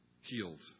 healed